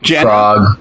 Frog